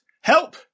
help